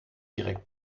direkt